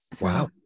wow